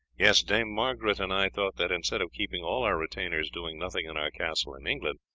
yes, dame margaret and i thought that instead of keeping all our retainers doing nothing in our castle in england,